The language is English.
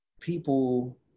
people